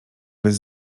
bez